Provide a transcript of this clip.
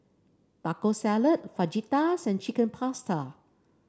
Taco Salad Fajitas and Chicken Pasta